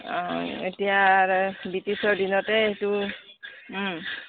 অঁ এতিয়া ব্ৰিটিছৰ দিনতে সেইটো